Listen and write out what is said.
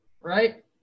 right